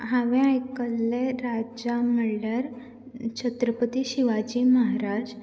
हांवें आयकल्ले राजा म्हणल्यार छत्रपती शिवाजी महाराज